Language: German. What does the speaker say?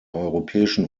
europäischen